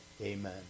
amen